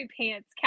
pants